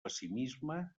pessimisme